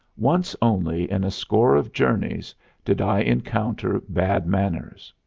once only in a score of journeys did i encounter bad manners.